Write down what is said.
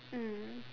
mm